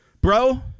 Bro